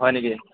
হয় নেকি